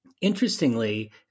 interestingly